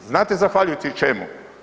Znate zahvaljujući čemu?